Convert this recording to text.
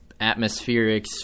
atmospherics